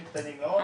קטנים מאוד,